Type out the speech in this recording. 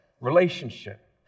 Relationship